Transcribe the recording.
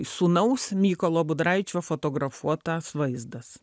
sūnaus mykolo budraičio fotografuotas vaizdas